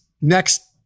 next